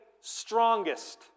strongest